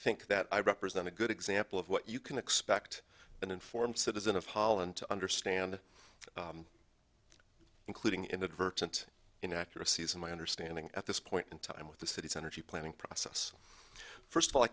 think that i represent a good example of what you can expect an informed citizen of holland to understand including inadvertent inaccuracy is my understanding at this point in time with the city's energy planning process first of all i